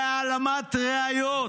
להעלמת ראיות.